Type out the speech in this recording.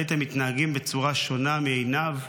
הייתם מתנהגים בצורה שונה מעינב?